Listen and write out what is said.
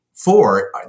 four